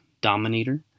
dominator